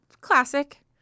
Classic